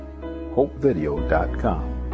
hopevideo.com